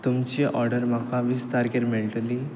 तुमची ऑर्डर म्हाका वीस तारखेर मेळटली